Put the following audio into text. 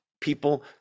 people